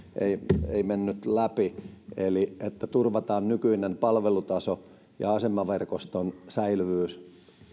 ei ei mennyt läpi eli että turvataan nykyinen palvelutaso ja asemaverkoston säilyvyys